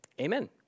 Amen